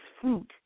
fruit